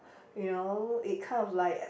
you know it kind of like